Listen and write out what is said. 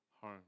home